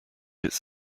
its